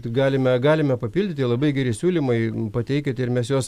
galime galime papildyti labai geri siūlymai pateikit ir mes juos